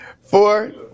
Four